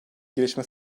gelişme